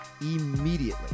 immediately